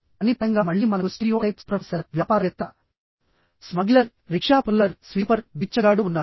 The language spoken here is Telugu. పని పరంగా మళ్ళీ మనకు స్టీరియోటైప్స్ ప్రొఫెసర్ వ్యాపారవేత్త స్మగ్లర్ రిక్షా పుల్లర్స్వీపర్బిచ్చగాడు ఉన్నారు